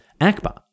Akbar